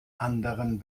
anderen